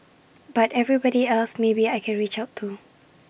but everybody else maybe I can reach out to